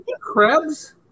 Krebs